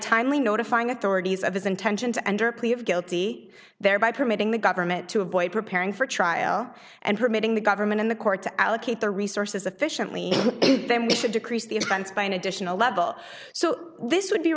timely notifying authorities of his intention to enter a plea of guilty thereby permitting the government to avoid preparing for trial and permitting the government and the court to allocate the resources efficiently then we should decrease the expense by an additional level so this would be